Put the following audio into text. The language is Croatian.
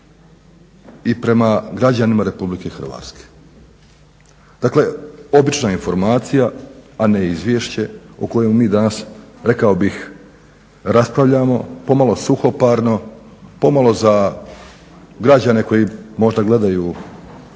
i prema građanima Republike Hrvatske. Dakle, obična informacija a ne izvješće o kojem mi danas rekao bih raspravljamo pomalo suhoparno, pomalo za građane koji možda gledaju ovaj